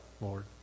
Lord